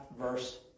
verse